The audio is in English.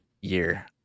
year